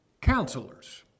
counselors